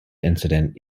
incident